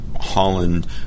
Holland